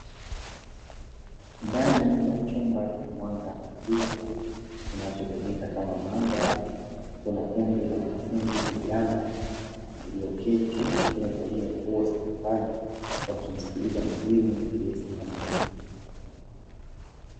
Ndani ya chumba chenye mwanga hafifu, kinachotumika kama maabara kuna kundi la wanafunzi vijana walioketi waliovalia nguo za kijani wakimsikiliza mwalimu aliesimama mbele.